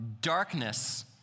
darkness